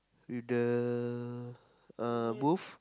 with the uh booth